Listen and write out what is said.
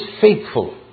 faithful